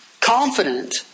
confident